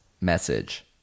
message